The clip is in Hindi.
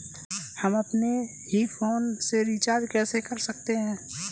हम अपने ही फोन से रिचार्ज कैसे कर सकते हैं?